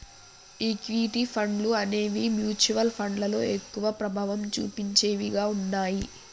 equity ఫండ్లు అనేవి mutual ఫండ్లలో ఎక్కువ ప్రభావం చుపించేవిగా ఉన్నయ్యి